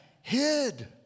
hid